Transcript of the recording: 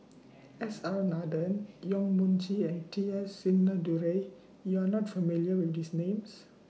S R Nathan Yong Mun Chee and T S Sinnathuray YOU Are not familiar with These Names